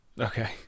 Okay